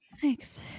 Thanks